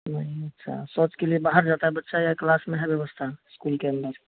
नहीं अच्छा शौच के लिए बाहर जाता है बच्चा या क्लास में है व्यवस्था इस्कूल के अंदर